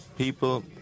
people